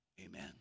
Amen